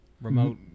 remote